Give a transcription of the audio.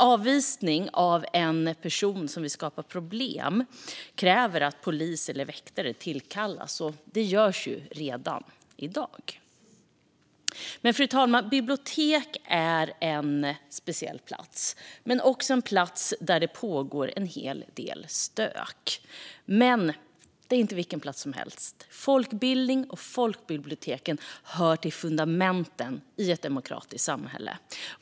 Avvisning av en person som vill skapa problem kräver att polis eller väktare tillkallas. Det görs också redan i dag. Fru talman! Ett bibliotek är en speciell plats. Det är också en plats där det pågår en hel del stök. Men det är inte vilken plats som helst. Folkbildningen och folkbiblioteken hör till fundamenten i ett demokratiskt samhälle.